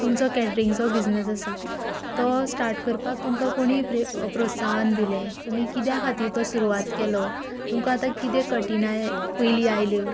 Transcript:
तुमचो कॅटरिंगचो बिजनस आसा तो स्टार्ट करपाक तुमकां कोणी प्रोत्साहन दिलें तुमी कित्या खातीर तो सुरवात केलो तुमकां आतां कितें कठीणाय पयलीं आयल्यो